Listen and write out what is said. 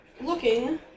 Looking